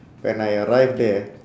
when I arrive there